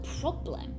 problem